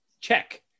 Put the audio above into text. check